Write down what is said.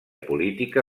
política